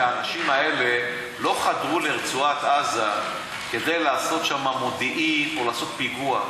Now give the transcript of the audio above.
שהאנשים האלה לא חדרו לרצועת-עזה כדי לעשות שם מודיעין או לעשות פיגוע.